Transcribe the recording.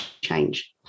change